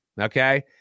Okay